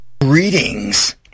Greetings